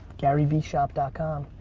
garyveeshop ah com.